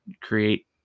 create